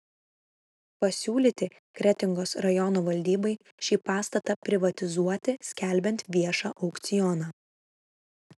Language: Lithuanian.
pasiūlyti kretingos rajono valdybai šį pastatą privatizuoti skelbiant viešą aukcioną